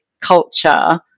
culture